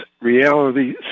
reality